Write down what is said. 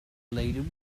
laden